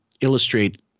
illustrate